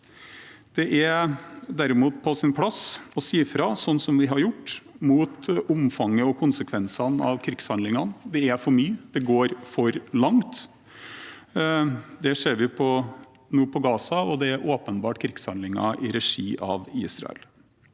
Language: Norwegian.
Det er derimot på sin plass å si fra, sånn som vi har gjort, mot omfanget og konsekvensene av krigshandlingene. Det er for mye. Det går for langt. Det ser vi nå på Gaza, og det er åpenbart krigshandlinger i regi av Israel.